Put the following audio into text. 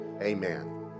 Amen